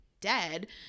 dead